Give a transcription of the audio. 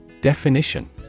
Definition